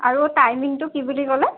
আৰু টাইমিংটো কি বুলি ক'লে